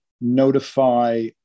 notify